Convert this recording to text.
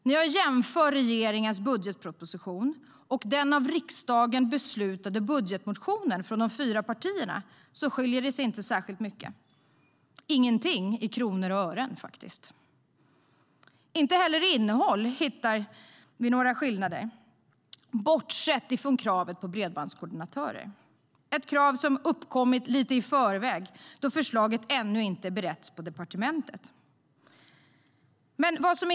När jag jämför regeringens budgetproposition med den av riksdagen beslutade budgetmotionen från de fyra partierna skiljer det inte särskilt mycket, ingenting i kronor och ören. Inte heller i innehållet hittar vi några skillnader bortsett från kravet på bredbandskoordinatorer, ett krav som uppkommit lite i förväg då förslaget ännu inte beretts på departementet.